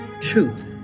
truth